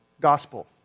gospel